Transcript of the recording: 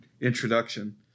introduction